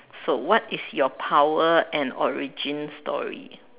so what is your power and origin story